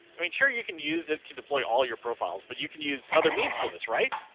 i mean, sure you can use it to deploy all your profiles, but you can use other means for this right.